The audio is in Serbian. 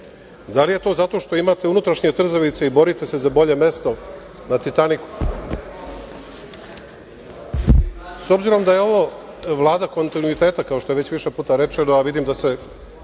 Da li je to zato što imate unutrašnje trzavice i borite se za bolje mesto na Titaniku? Obzirom da je ovo Vlada kontinuiteta kao što je već više puta rečeno, a vidim da to